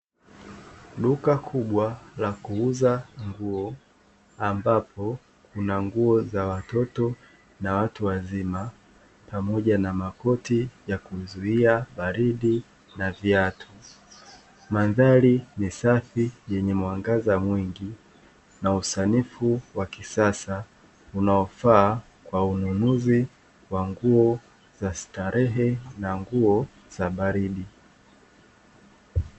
Duka kubwa la kuuza nguo ambapo kuna nguo za watoto na watu wazima pamoja na makoti ya kuzuia baridi na viatu. Mandhari ni safi yenye mwangaza mwingi na usanifu wa kisasa unaofaa kwa ununuzi wa nguo za starehe na nguo za baridi.